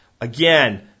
again